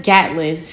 Gatlin